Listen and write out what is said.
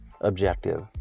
objective